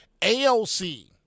AOC